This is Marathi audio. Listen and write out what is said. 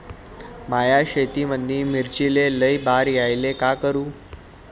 माया शेतामंदी मिर्चीले लई बार यायले का करू?